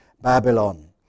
Babylon